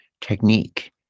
Technique